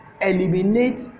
Eliminate